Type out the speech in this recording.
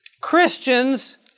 Christians